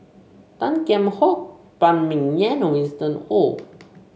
Tan Kheam Hock Phan Ming Yen and Winston Oh